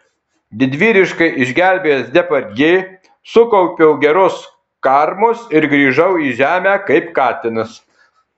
didvyriškai išgelbėjęs depardjė sukaupiau geros karmos ir grįžau į žemę kaip katinas